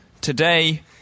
Today